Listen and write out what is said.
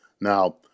Now